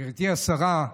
גברתי השרה,